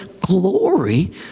glory